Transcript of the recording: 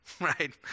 right